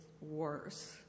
worse